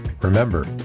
remember